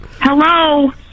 Hello